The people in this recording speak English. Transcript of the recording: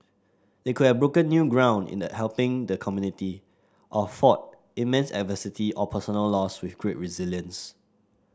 they could have broken new ground in the helping the community or fought immense adversity or personal loss with great resilience